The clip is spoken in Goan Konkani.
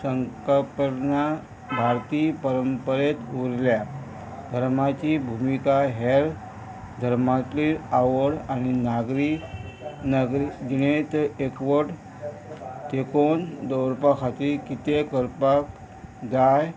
संकलपना भारतीय परंपरेंत उरल्या धर्माची भुमिका हेर धर्मांतली आवड आनी नागरी नागरीत एकवट तेकोन दवरपा खातीर कितें करपाक जाय